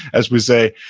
as we say.